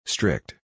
Strict